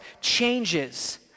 changes